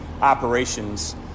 operations